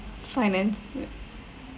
finance